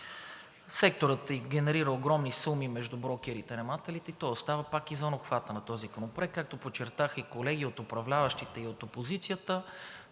Секторът генерира огромни суми между брокерите и наемателите и той остава пак извън обхвата на този законопроект. Както подчертаха и колеги от управляващите и от опозицията,